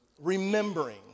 Remembering